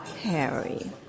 Harry